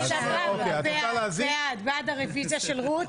אני בעד הרוויזיה של רות.